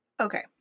Okay